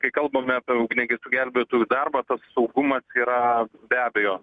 kai kalbame apie ugniagesių gelbėtojų darbą saugumas yra be abejo